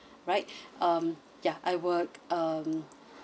right um ya I will um